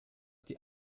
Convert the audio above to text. die